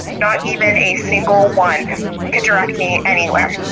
not even a single one could direct me anywhere.